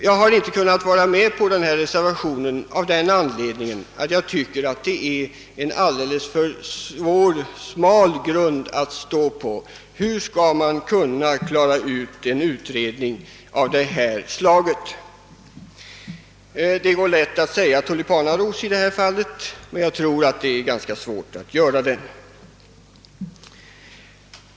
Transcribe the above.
Jag har inte kunnat biträda reservationen 1 av den anledningen att jag tycker att den utgör en alldeles för svag grund när det gäller en utredning av detta slag. Det går väl an att säga tulipanaros — men gör'na!